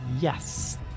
Yes